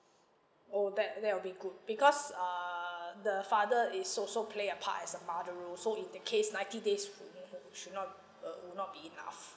oh that that will be good because err the father is also play a part as a mother role so in the case ninety days would would should not uh would not be enough